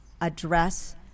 address